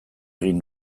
egin